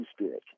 spirit